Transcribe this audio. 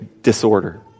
disorder